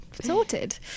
Sorted